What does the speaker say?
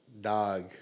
Dog